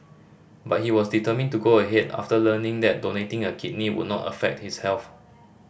but he was determined to go ahead after learning that donating a kidney would not affect his health